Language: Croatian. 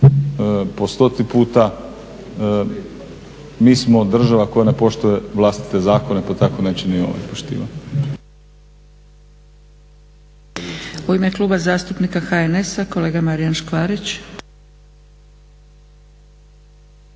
po stoti puta mi smo država koja ne poštuje vlastite zakone, pa tako neće ni ovaj poštivati.